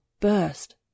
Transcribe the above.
burst